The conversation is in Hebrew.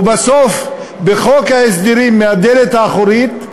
ובסוף בחוק ההסדרים, מהדלת האחורית,